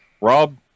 Rob